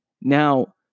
Now